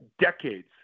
decades